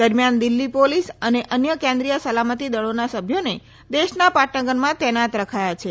દરમિયાન દિલ્ઠી પોલીસ અને અન્ય કેન્દ્રીય સલામતી દળોના સભ્યોને દેશના પાટનગરમાં તૈનાત રખાયા છે